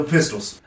Pistols